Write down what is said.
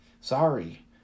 Sorry